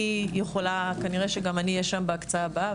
אני יכולה כנראה שגם אני אהיה שם בהקצאה הבאה,